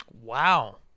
wow